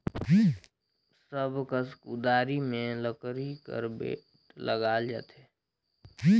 सब कस कुदारी मे लकरी कर बेठ लगाल जाथे